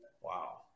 Wow